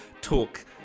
talk